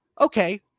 Okay